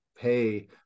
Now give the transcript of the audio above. pay